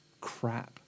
crap